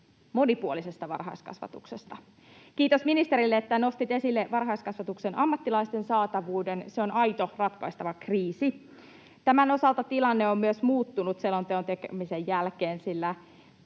monipuolisesta varhaiskasvatuksesta. Kiitos ministerille, että nostit esille varhaiskasvatuksen ammattilaisten saatavuuden. Se on aito ratkaistava kriisi. Tämän osalta tilanne on myös muuttunut selonteon tekemisen jälkeen, ja